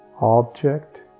object